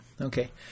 Okay